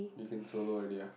you can solo already ah